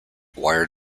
wire